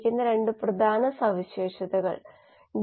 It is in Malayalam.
എച്ച് എന്നിവ തമ്മിലുള്ള വ്യത്യാസത്തെ ആശ്രയിച്ചിരിക്കുന്നു